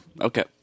Okay